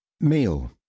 meal